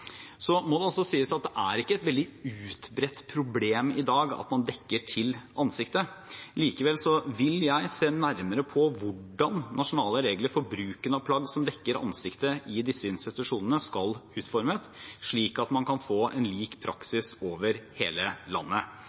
Så må det også sies at det ikke er et veldig utbredt problem i dag at man dekker til ansiktet. Likevel vil jeg se nærmere på hvordan nasjonale regler for bruken av plagg som dekker ansiktet, i disse institusjonene skal utformes, slik at man kan få en lik praksis over hele landet.